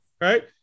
Right